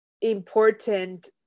important